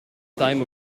time